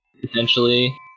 potentially